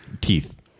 teeth